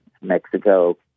Mexico